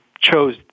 chose